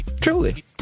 Truly